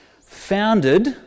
founded